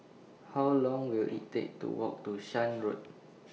How Long Will IT Take to Walk to Shan Road